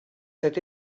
cet